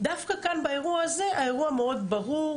דווקא כאן באירוע הזה האירוע מאוד ברור,